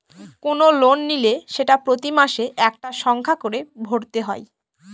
কোনো লোন নিলে সেটা প্রতি মাসে একটা সংখ্যা করে ভরতে হয়